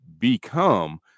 become